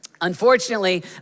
Unfortunately